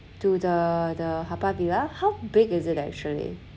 to the the haw par villa how big is it actually